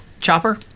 Chopper